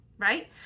Right